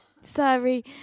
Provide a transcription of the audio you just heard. Sorry